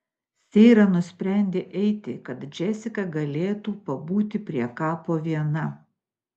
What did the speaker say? seira nusprendė eiti kad džesika galėtų pabūti prie kapo viena